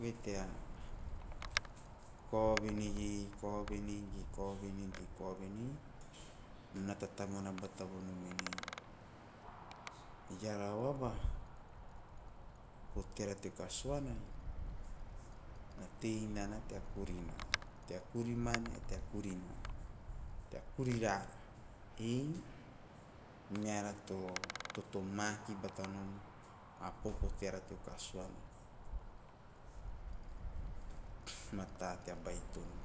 Ve tea koa vinigi, koa vinigi, koa vinigi, koa vini, nana tatavon nava tavon o me nei. Eara vo ba vo kiara te kasuana, natei nana tea kurina, tea kuriman e tea kurina. Tea kuri raha, ei, meara to- toto maki vata nom, a popo teara te kasusana, mata tea bai tono.